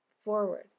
forward